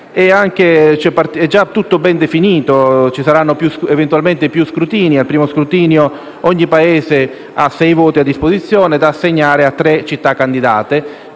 è già ben definito e ci potranno essere più scrutini; al primo scrutinio, ogni Paese ha sei voti a disposizione, da assegnare a tre città candidate,